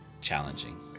challenging